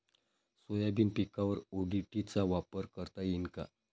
Soybean पिकावर ODT चा वापर करता येईन का?